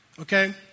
okay